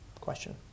question